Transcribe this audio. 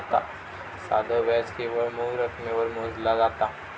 साधो व्याज केवळ मूळ रकमेवर मोजला जाता